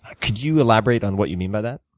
ah could you elaborate on what you mean by that?